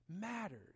matters